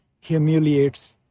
Humiliates